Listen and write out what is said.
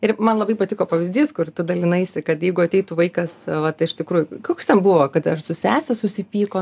ir man labai patiko pavyzdys kur tu dalinaisi kad jeigu ateitų vaikas vat iš tikrųjų koks ten buvo kad ar su sese susipyko